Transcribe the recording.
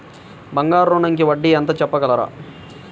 బంగారు ఋణంకి వడ్డీ ఎంతో చెప్పగలరా?